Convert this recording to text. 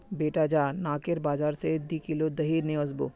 बेटा जा नाकेर बाजार स दी किलो दही ने वसबो